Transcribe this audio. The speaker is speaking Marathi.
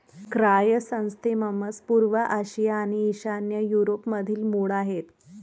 क्रायसॅन्थेमम्स पूर्व आशिया आणि ईशान्य युरोपमधील मूळ आहेत